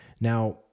Now